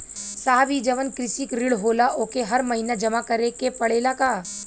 साहब ई जवन कृषि ऋण होला ओके हर महिना जमा करे के पणेला का?